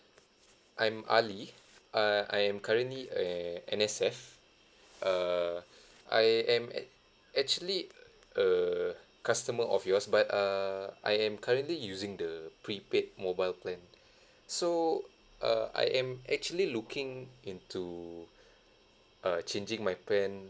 I'm ali uh I am currently a an N_S_F uh I am at actually a customer of yours but uh I am currently using the prepaid mobile plan so uh I am actually looking into uh changing my plan